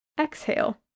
Exhale